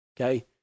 okay